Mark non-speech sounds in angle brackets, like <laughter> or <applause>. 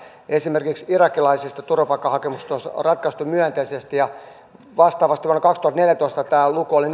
esimerkiksi kaikista irakilaisten turvapaikkahakemuksista on ratkaistu myönteisesti ja vastaavasti vuonna kaksituhattaneljätoista tämä luku oli <unintelligible>